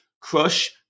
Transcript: crush